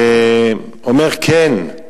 אומר: כן,